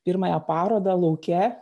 pirmąją parodą lauke